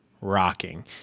rocking